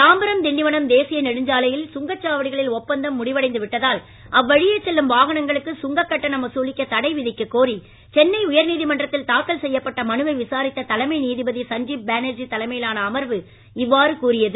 தாம்பரம் திண்டிவனம் தேசிய நெடுஞ்சாலையில் சுங்கச் சாவடிகளில் ஒப்பந்தம் முடிவடைந்து விட்டதால் அவ்வழியே செல்லும் வாகனங்களுக்கு சுங்கக் கட்டணம் வசூலிக்க தடை விதிக்க கோரி சென்னை உயர்நீதிமன்றத்தில் தாக்கல் செய்யப்பட்ட மனுவை விசாரித்த தலைமை நீதிபதி சஞ்ஜீப் பானர்ஜி தலைமையிலான அமர்வு இவ்வாறு கூறியது